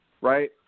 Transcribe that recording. right